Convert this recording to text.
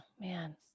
man